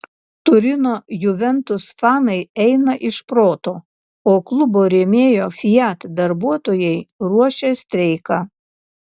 turino juventus fanai eina iš proto o klubo rėmėjo fiat darbuotojai ruošia streiką